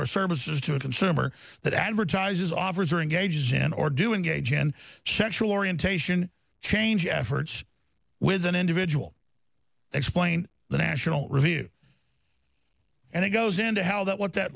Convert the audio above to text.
or services to a consumer that advertises offers or engages in or doing a gen sexual orientation change efforts with an individual explain the national review and it goes into how that what that